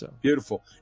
beautiful